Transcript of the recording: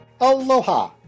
Aloha